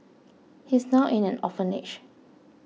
he's now in an orphanage